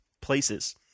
places